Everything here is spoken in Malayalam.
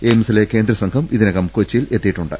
എയിംസിലെ കേന്ദ്രസംഘം ഇതിനകം കൊച്ചിയിൽ എത്തിയിട്ടുണ്ട്